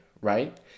Right